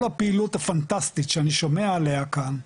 כל הפעילות הפנטסטית שאני שומע עליה כאן,